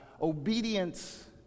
Obedience